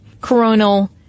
coronal